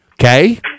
Okay